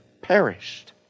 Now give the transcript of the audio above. perished